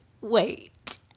Wait